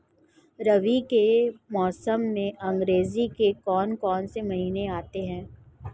रबी के मौसम में अंग्रेज़ी के कौन कौनसे महीने आते हैं?